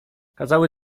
kazały